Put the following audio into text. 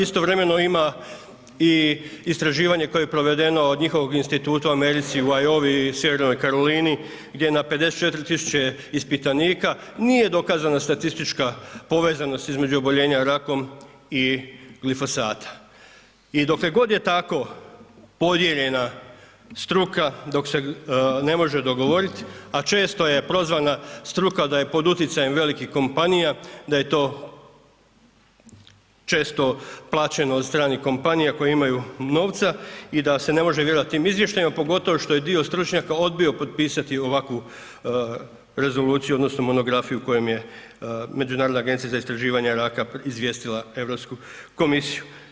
Istovremeno ima i istraživanje koje je provedeno od njihovog instituta u Americi, u Iowi, Sjevernoj Karolini, gdje je na 54 tisuće ispitanika nije dokazana statistička povezanost između oboljenja rakom i glifosata i dokle god je tako podijeljena struka, dok se ne može dogovoriti, a često je prozvana struka da je pod utjecajem velikih kompanija, da je to često plaćeno od strane kompanija koje imaju novca i da se ne može vjerovati tim izvještajima, pogotovo što je dio stručnjaka odbio potpisati ovakvu rezoluciju, odnosno Monografiju kojom je Međunarodna agencija za istraživanje raka izvijestila EU komisiju.